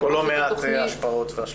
--- יש פה לא מעט השפעות והשלכות.